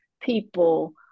people